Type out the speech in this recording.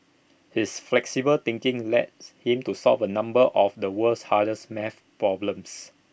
his flexible thinking him to solve A number of the world's hardest math problems